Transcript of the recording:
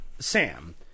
Sam